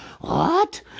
What